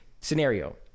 scenario